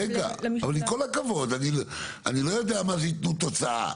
רגע, עם כל הכבוד, אני לא יודע מה זה ייתנו תוצאה.